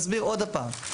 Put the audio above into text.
אני מסביר עוד פעם.